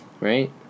Right